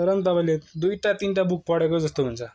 तरपनि तपाईँले दुईटा तिनटा बुक पढेको जस्तो हुन्छ